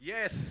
Yes